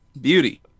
beauty